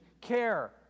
care